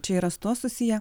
čia yra su tuo susiję